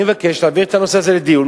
אני מבקש להעביר את הנושא הזה לדיון.